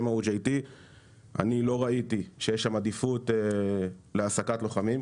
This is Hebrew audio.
אני לא ראיתי שיש שם עדיפות להעסקת לוחמים.